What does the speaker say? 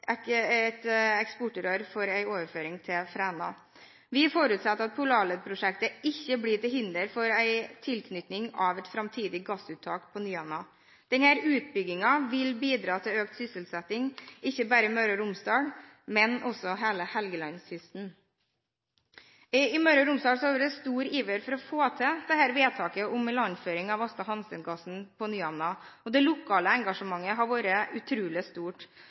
for en overføring til Fræna. Vi forutsetter at Polarled-prosjektet ikke blir til hinder for en tilknytning av et framtidig gassuttak på Nyhamna. Denne utbyggingen vil bidra til økt sysselsetting, ikke bare i Møre og Romsdal, men også på hele Helgelandskysten. I Møre og Romsdal har det vært stor iver etter å få til et vedtak om ilandføring av Aasta Hansteen-gassen på Nyhamna, og det lokale engasjementet har vært utrolig stort.